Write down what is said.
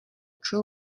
true